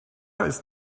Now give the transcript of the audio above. ist